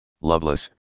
loveless